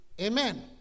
Amen